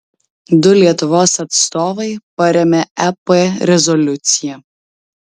du lietuvos atstovai parėmė ep rezoliuciją